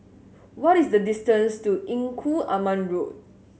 what is the distance to Engku Aman Road